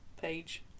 page